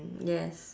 yes